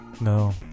No